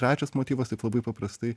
trečias motyvas taip labai paprastai